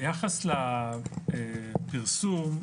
ביחס לפרסום,